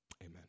Amen